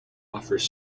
offers